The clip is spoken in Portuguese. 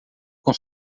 com